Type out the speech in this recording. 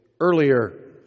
earlier